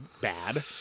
bad